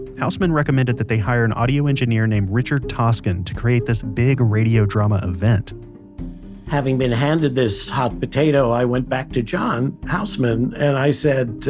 houseman recommended that they hire an audio engineer named richard toscan to create this big radio drama event having been handed this hot potato, i went back to john housman, and i said,